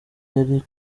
yari